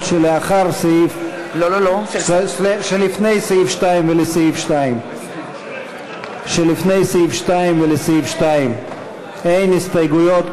ההסתייגויות שלפני סעיף 2 ולסעיף 2. אין הסתייגויות,